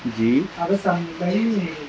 جی